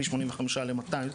מ-82 ל-200,